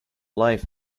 life